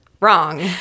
Wrong